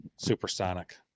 Supersonic